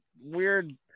Weird